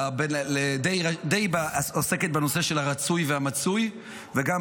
ודי עוסקת בנושא של הרצוי והמצוי וגם